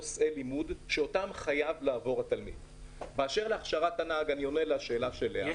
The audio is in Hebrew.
כך אפשר לראות האם העילה להכשלה אכן הייתה מסתברת.